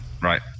Right